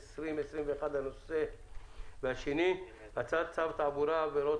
התשפ"א-2021 בדבר התקנת מערכת עזר לנהג להתרעה על